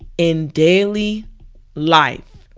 in daily life.